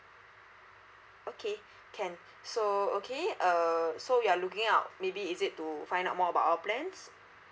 okay can so okay uh so you are looking out maybe is it to find out more about our plans